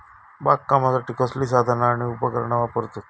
बागकामासाठी कसली साधना आणि उपकरणा वापरतत?